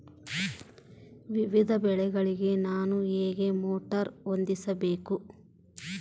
ವಿವಿಧ ಬೆಳೆಗಳಿಗೆ ನಾನು ಹೇಗೆ ಮೋಟಾರ್ ಹೊಂದಿಸಬೇಕು?